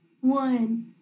one